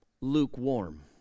Lukewarm